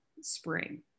spring